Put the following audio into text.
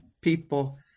people